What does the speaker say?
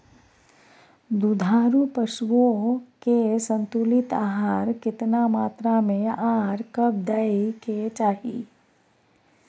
दुधारू पशुओं के संतुलित आहार केतना मात्रा में आर कब दैय के चाही?